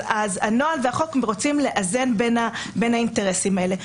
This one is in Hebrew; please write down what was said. אז הנוהל והחוק רוצים לאזן בין האינטרסים האלה,